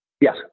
Yes